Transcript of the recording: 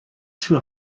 too